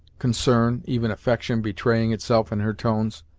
concern, even affection betraying itself in her tones.